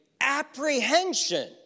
apprehension